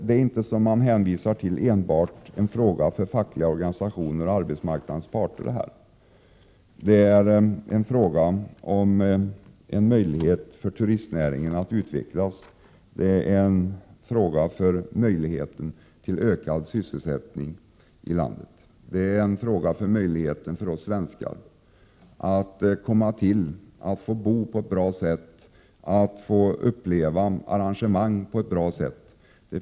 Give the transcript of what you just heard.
Det är inte, som man säger, en fråga enbart för fackliga organisationer och för arbetsmarknadens parter, utan det är fråga om en möjlighet för turistnäringen att utvecklas. Det är en fråga om möjligheten till ökad sysselsättning i landet, och det handlar om möjligheten för oss svenskar att få bo bra och att få uppleva goda arrangemang under vår ledighet.